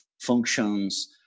functions